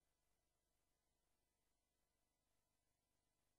ראשונה, ותועבר ותועבר לוועדת